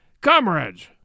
Comrades